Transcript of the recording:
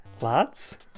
Lads